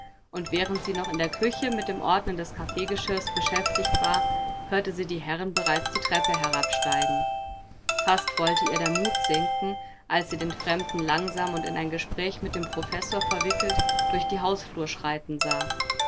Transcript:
und während sie noch in der küche mit dem ordnen des kaffeegeschirres beschäftigt war hörte sie die herren bereits die treppe herabsteigen fast wollte ihr der mut sinken als sie den fremden langsam und in ein gespräch mit dem professor verwickelt durch die hausflur schreiten sah